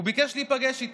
הוא ביקש להיפגש איתי.